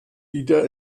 wieder